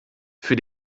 für